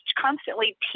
constantly